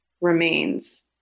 remains